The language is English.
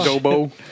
Adobo